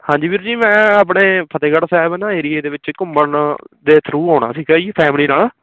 ਹਾਂਜੀ ਵੀਰ ਜੀ ਮੈਂ ਆਪਣੇ ਫਤਿਹਗੜ੍ਹ ਸਾਹਿਬ ਨਾ ਏਰੀਏ ਦੇ ਵਿੱਚ ਘੁੰਮਣ ਦੇ ਥਰੂ ਆਉਣਾ ਸੀਗਾ ਜੀ ਫੈਮਲੀ ਨਾਲ